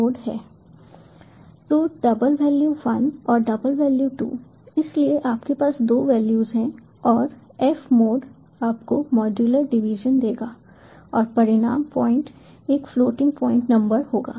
तो double value 1 और double value 2 इसलिए आपके पास दो वैल्यूज हैं और f mod आपको मॉड्यूलर डिवीजन देगा और परिणाम पॉइंट एक फ्लोटिंग पॉइंट नंबर होगा